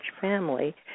family